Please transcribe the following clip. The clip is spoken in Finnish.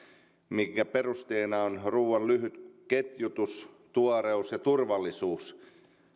minkä perusteena on ruuan lyhyt ketjutus tuoreus ja turvallisuus